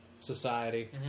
society